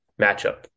matchup